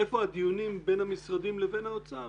היכן הדיונים בין המשרדים לבין האוצר,